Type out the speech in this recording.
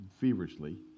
feverishly